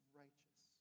righteous